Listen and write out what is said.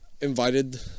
invited